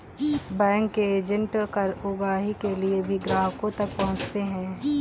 bank के agent कर उगाही के लिए भी ग्राहकों तक पहुंचते हैं